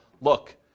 look